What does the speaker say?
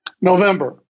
November